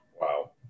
Wow